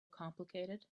complicated